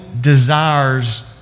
desires